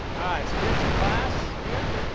so here's the class here.